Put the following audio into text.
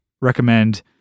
recommend